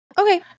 Okay